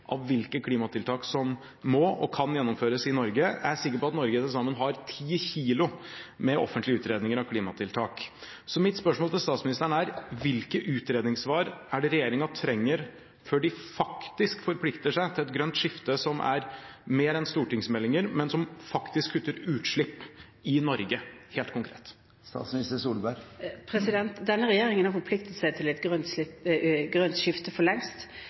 av hvilke klimatiltak som må og kan gjennomføres i Norge. Jeg er sikker på at Norge til sammen har 10 kg med offentlige utredninger av klimatiltak. Mitt spørsmål til statsministeren er: Hvilke utredningssvar er det regjeringen trenger før den forplikter seg til et grønt skifte som er mer enn stortingsmeldinger, og som faktisk kutter utslipp i Norge, helt konkret? Denne regjeringen har for lengst forpliktet seg til et grønt